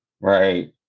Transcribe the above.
right